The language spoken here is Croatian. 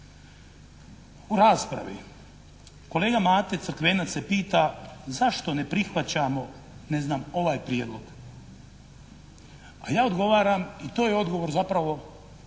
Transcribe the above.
U raspravi kolega Mate Crkvenac se pita zašto ne prihvaćamo ne znam ovaj prijedlog. A ja odgovaram i to je odgovor zapravo